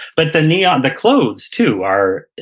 but the neon, the clothes too are,